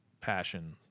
passion